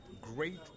Great